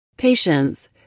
Patience